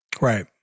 Right